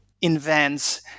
invents